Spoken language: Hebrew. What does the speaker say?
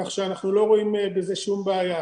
כך שאנחנו לא רואים בזה שום בעיה.